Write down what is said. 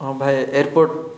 ହଁ ଭାଇ ଏୟାରପୋର୍ଟ